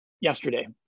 yesterday